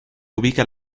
ubica